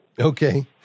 Okay